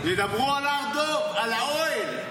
וידברו על הר דב, על האוהל.